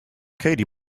katy